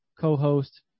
co-host